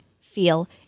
feel